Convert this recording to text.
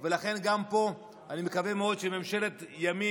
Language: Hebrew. ולכן גם פה אני מקווה מאוד שממשלת ימין